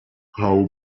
how